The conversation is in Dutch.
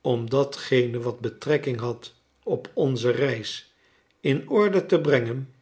om datgene wat betrekking had op onze reis in orde te brengen